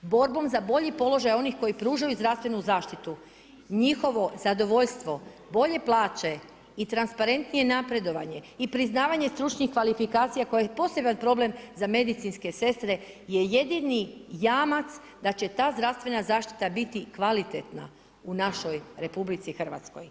Borbom za bolji položaj onih koji pružaju zdravstvenu zaštitu, njihovo zadovoljstvo, bolje plaće i transparentnije napredovanje i priznavanje stručnih kvalifikacije koje poseban problem za medicinske sestre je jedini jamac da će ta zdravstvena zaštita biti kvalitetna u našoj RH.